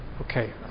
Okay